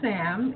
Sam